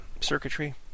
circuitry